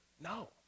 No